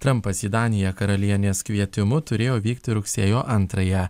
trampas į daniją karalienės kvietimu turėjo vykti rugsėjo antrąją